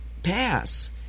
pass